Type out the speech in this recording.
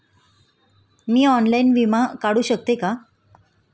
मी online विमा काढू शकते का?